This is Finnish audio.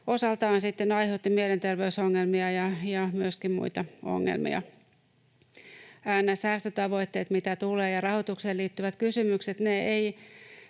osaltaan sitten aiheutti mielenterveysongelmia ja myöskin muita ongelmia. Nämä säästötavoitteet, mitä tulevat, ja rahoitukseen liittyvät kysymykset